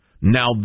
Now